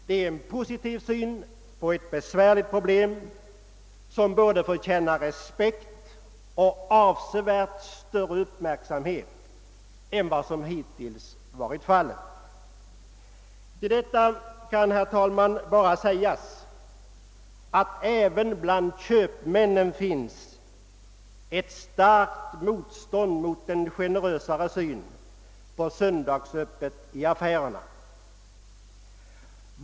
Det är en positiv syn på ett besvärligt problem som förtjänar både respekt och avsevärt större uppmärksamhet än vad som hittills har varit fallet. Till detta kan, herr talman, bara sägas att även bland köpmännen finns ett starkt motstånd mot en generösare syn på söndagsöppet i affärerna.